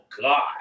God